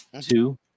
Two